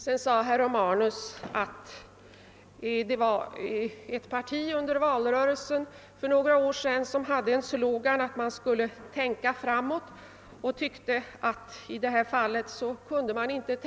Herr Romanus yttrade vidare att ett visst parti under valrörelsen för några år sedan hade en slogan som gick ut på att man skulle tänka framåt, och han menade att man i det här fallet inte gjorde det.